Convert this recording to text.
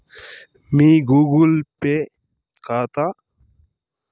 మీ Google Pay కాతాతో సంబంధమున్న phone నెంబరికి ఈ పాస్వార్డు టెస్టు మెసేజ్ దోరా వస్తాది